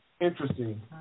interesting